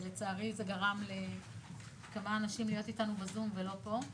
ולצערי זה גרם לכמה אנשים להיות איתנו בזום ולא פה,